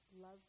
love